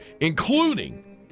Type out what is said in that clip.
including